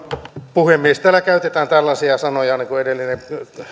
puhemies täällä käytetään niin kuin edellinen